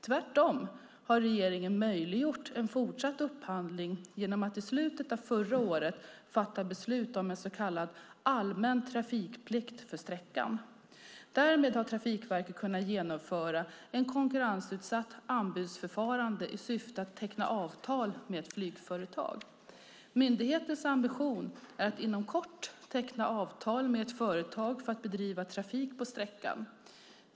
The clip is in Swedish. Tvärtom har regeringen möjliggjort en fortsatt upphandling genom att i slutet av förra året fatta beslut om en så kallad allmän trafikplikt för sträckan. Därmed har Trafikverket kunnat genomföra ett konkurrensutsatt anbudsförfarande i syfte att teckna avtal med ett flygföretag. Myndighetens ambition är att inom kort teckna avtal med ett företag för att bedriva trafik på sträckan.